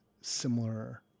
similar